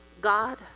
god